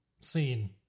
seen